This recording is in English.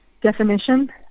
definition